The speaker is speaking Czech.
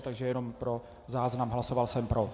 Takže jenom pro záznam, hlasoval jsem pro.